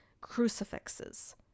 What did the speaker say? crucifixes